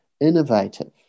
innovative